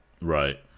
Right